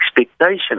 expectation